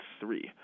three